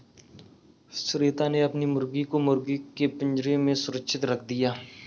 श्वेता ने अपनी मुर्गी को मुर्गी के पिंजरे में सुरक्षित रख दिया